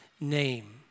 name